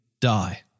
die